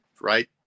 right